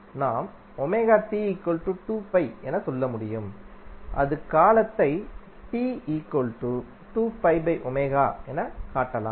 நாம் என சொல்ல முடியும் அது காலத்தை என காட்டலாம்